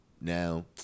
Now